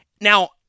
Now